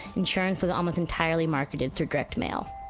insurance was almost entirely marketed through direct mail.